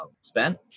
spent